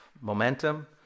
momentum